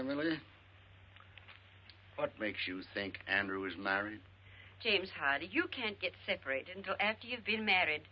and really what makes you think andrew is married james had you can't get separated until after you've been married